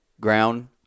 ground